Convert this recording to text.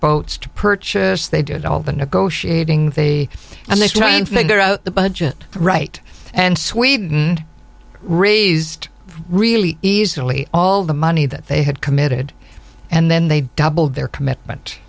boats to purchase they did all the negotiating the and they try and figure out the budget right and sweden raised really easily all the money that they had committed and then they doubled their commitment